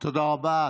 תודה רבה.